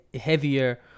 heavier